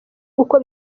uko